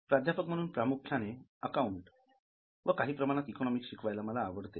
प्राध्यापक म्हणून प्रामुख्याने अकाउंट व काही प्रमाणात इकॉनॉमिक्स शिकवायला मला आवडते